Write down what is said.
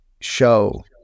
show